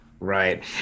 Right